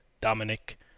Dominic